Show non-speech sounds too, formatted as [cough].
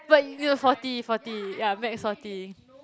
but [noise] forty forty yeah max forty